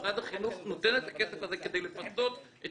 שמשרד החינוך נותן את הכסף הזה כדי לפצות את